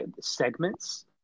segments